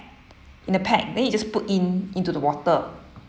in the pack then you just put in into the water